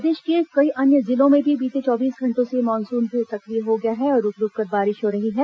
प्रदेश के कई अन्य जिलों में भी बीते चौबीस घंटों से मानसून फिर सक्रिय हो गया है और रूक रूककर बारिश हो रही है